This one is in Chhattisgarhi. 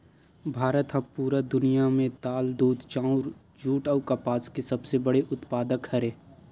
भारत हा पूरा दुनिया में दाल, दूध, चाउर, जुट अउ कपास के सबसे बड़े उत्पादक हरे